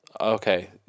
okay